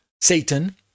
Satan